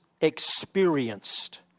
experienced